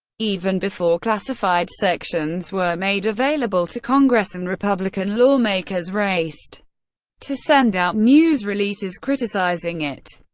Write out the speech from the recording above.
even before classified sections were made available to congress, and republican lawmakers raced to send out news releases criticizing it.